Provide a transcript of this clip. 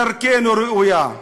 דרכנו ראויה.